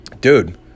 dude